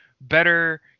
better